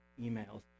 emails